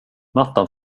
mattan